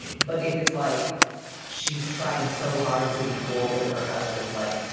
but but if it's like she's trying so hard to be cool with her husband's, like,